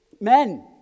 Men